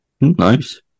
nice